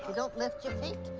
don't lift your feet.